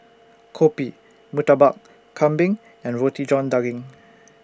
Kopi Murtabak Kambing and Roti John Daging